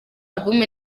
album